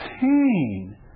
pain